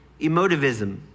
emotivism